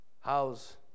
How's